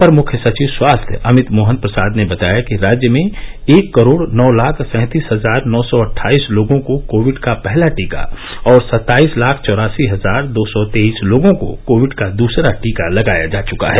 अपर मुख्य सचिव स्वास्थ्य अमित मोहन प्रसाद ने बताया कि राज्य में एक करोड़ नौ लाख सैंतीस हजार नौ सौ अट्ठाईस लोगों को कोविड का पहला टीका और सत्ताईस लाख चौरासी हजार दो सौ तेईस लोगों को कोविड का दूसरा टीका लगाया जा चुका है